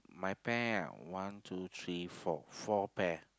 my pair one two three four four pair